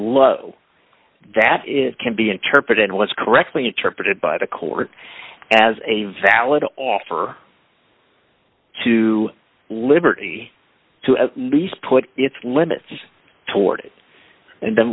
low that is can be interpreted was correctly interpreted by the court as a valid offer to liberty to at least put its limits toward